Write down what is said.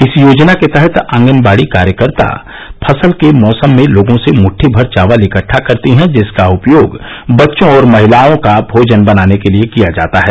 इस योजना के तहत आंगनवाड़ी कार्यकर्ता फसल के मौसम में लोगों से मुद्दीभर चावल इकट्ठा करती हैं जिसका उपयोग बच्चों और महिलाओं का भोजन बनाने के लिए किया जाता है